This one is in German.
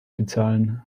bezahlen